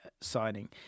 signing